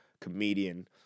comedian